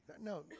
No